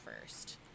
first